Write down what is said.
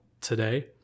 today